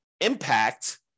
impact